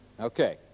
Okay